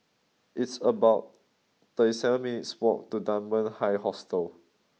it's about thirty seven minutes' walk to Dunman High Hostel